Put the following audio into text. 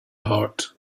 hot